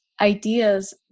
ideas